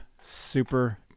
Super